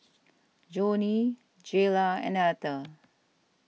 Johnny Jayla and Etter